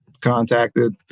contacted